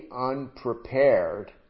unprepared